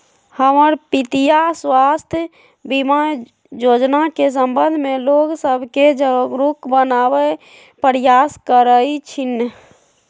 हमर पितीया स्वास्थ्य बीमा जोजना के संबंध में लोग सभके जागरूक बनाबे प्रयास करइ छिन्ह